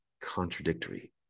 contradictory